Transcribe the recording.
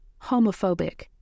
homophobic